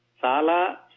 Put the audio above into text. Sala